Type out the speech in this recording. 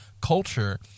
culture